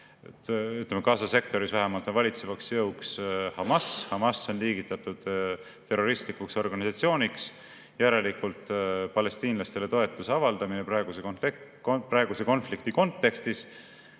Gaza sektoris vähemalt on valitsevaks jõuks Hamas. Hamas on liigitatud terroristlikuks organisatsiooniks. Järelikult palestiinlastele toetuse avaldamine praeguse konflikti kontekstis